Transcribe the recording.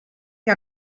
que